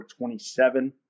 27